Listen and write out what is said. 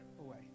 away